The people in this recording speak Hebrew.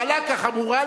קלה כחמורה,